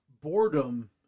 boredom